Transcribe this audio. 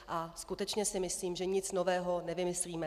A skutečně si myslím, že nic nového nevymyslíme.